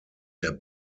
der